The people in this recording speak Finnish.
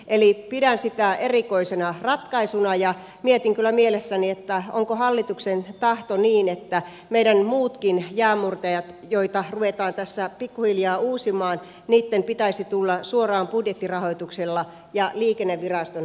eli pidän sitä erikoisena ratkaisuna ja mietin kyllä mielessäni onko hallituksen tahto niin että meidän muidenkin jäänmurtajien joita ruvetaan tässä pikkuhiljaa uusimaan pitäisi tulla suoraan budjettirahoituksella ja liikenneviraston alaisuuteen